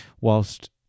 Whilst